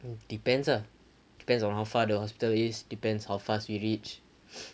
mm depends ah depends on how far the hospital is depends how fast we reach